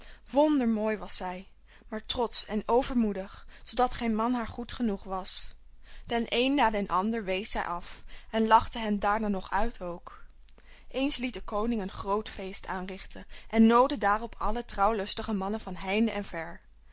wondermooi was zij maar trotsch en overmoedig zoodat geen man haar goed genoeg was den een na den ander wees zij af en lachte hen daarna nog uit ook eens liet de koning een groot feest aanrichten en noodde daarop alle trouwlustige mannen van heinde en ver